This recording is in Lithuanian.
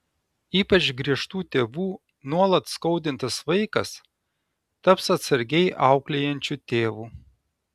ypač griežtų tėvų nuolat skaudintas vaikas taps atsargiai auklėjančiu tėvu